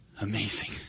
amazing